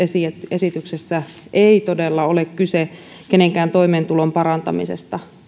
esityksessä ei todella ole kyse kenenkään toimeentulon parantamisesta